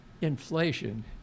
inflation